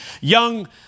young